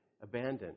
abandoned